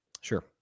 Sure